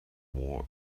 war